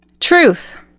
Truth